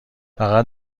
فقط